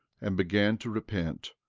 and began to repent,